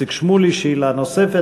איציק שמולי, שאלה נוספת.